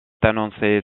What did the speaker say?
annoncés